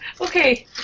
Okay